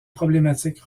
problématique